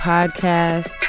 Podcast